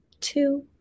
two